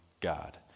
God